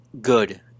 good